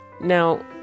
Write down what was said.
Now